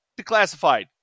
declassified